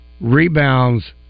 rebounds